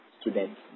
students